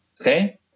Okay